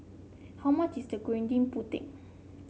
how much is the Gudeg Putih